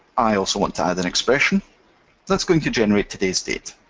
i also want to add an expression that's going to generate today's date.